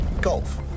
golf